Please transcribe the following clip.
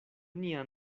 nia